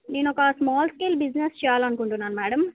నేనొక small scale business చేయాలనుకుంటున్నాను madam